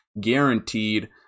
guaranteed